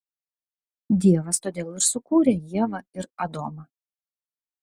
dievas todėl ir sukūrė ievą ir adomą